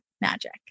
magic